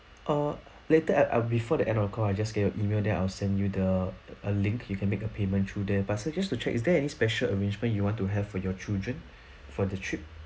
err later at um before the end of the call I'll just get your email then I'll send you the a link you can make a payment through the but sir just to check is there any special arrangement you want to have for your children for the trip